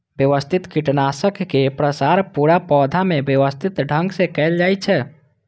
व्यवस्थित कीटनाशक के प्रसार पूरा पौधा मे व्यवस्थित ढंग सं कैल जाइ छै